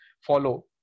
follow